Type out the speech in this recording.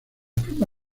pluma